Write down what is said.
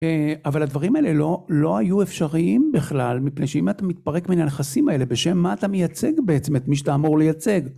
אבל הדברים האלה לא היו אפשריים בכלל, מפני שאם אתה מתפרק מן הנכסים האלה בשם מה אתה מייצג בעצם, את מי שאתה אמור לייצג.